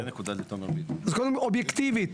זה אובייקטיבית.